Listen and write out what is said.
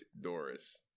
Doris